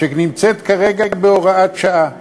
שנמצאת כרגע בהוראת שעה.